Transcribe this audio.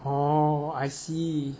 oh I see